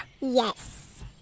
Yes